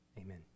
Amen